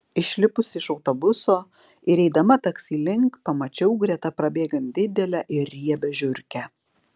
išlipusi iš autobuso ir eidama taksi link pamačiau greta prabėgant didelę ir riebią žiurkę